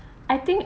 I think